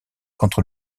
contre